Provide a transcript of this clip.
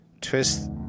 twist